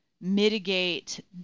mitigate